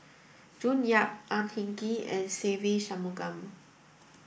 June Yap Ang Hin Kee and Se Ve Shanmugam